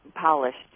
polished